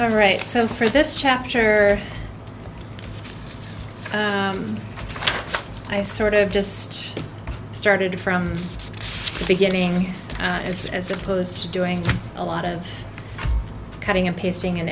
all right so for this chapter i sort of just started from the beginning as opposed to doing a lot of cutting and pasting and